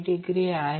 7V आहे